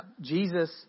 Jesus